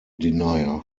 denier